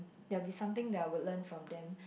there will be something that I would learn from them